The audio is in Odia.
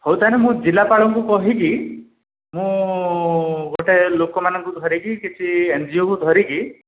ହେଉ ତା'ହେଲେ ମୁଁ ଜିଲ୍ଲାପାଳଙ୍କୁ କହିକି ମୁଁ ଗୋଟେ ଲୋକମାନଙ୍କୁ ଧରିକି ସେଇଠି ଏନ୍ଜିଓକୁ ଧରିକି